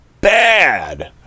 bad